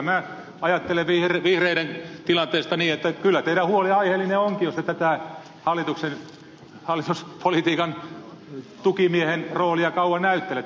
minä ajattelen vihreiden tilanteesta niin että kyllä teidän huolenne aiheellinen onkin jos te tätä hallituspolitiikan tukimiehen roolia kauan näyttelette